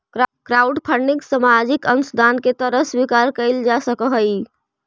crowdfunding सामाजिक अंशदान के तरह स्वीकार कईल जा सकऽहई